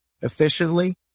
efficiently